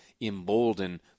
embolden